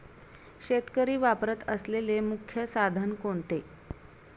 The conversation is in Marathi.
शेतकरी वापरत असलेले मुख्य साधन कोणते?